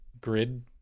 grid